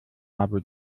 abu